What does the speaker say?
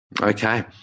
Okay